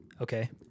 Okay